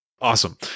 awesome